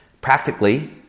Practically